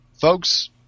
folks